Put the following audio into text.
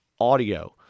audio